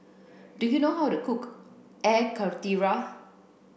do you know how to cook air karthira